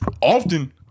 Often